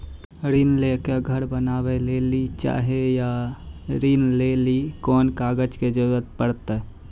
ऋण ले के घर बनावे लेली चाहे या ऋण लेली कोन कागज के जरूरी परतै?